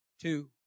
two